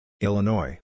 Illinois